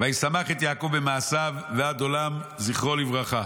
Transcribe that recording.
וישמח את יעקב במעשיו ועד עולם זכרו לברכה.